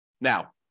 Now